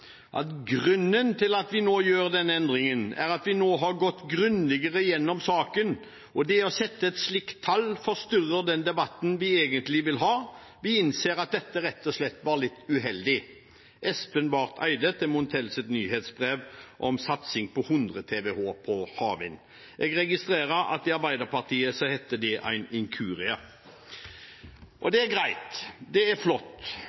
nyhetsbrev: Grunnen til at vi nå gjør denne endringen, er at vi har gått grundigere gjennom saken, og det å sette et slikt tall forstyrrer den debatten vi egentlig vil ha. Vi innser at dette rett og slett var litt uheldig. Jeg registrerer at i Arbeiderpartiet heter det «en inkurie». Det er greit, det er flott.